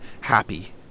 happy